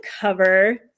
cover